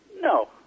no